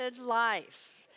life